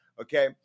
okay